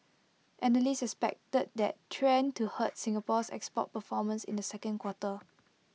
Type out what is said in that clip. analysts expected that trend to hurt Singapore's export performance in the second quarter